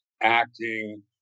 acting